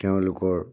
তেওঁলোকৰ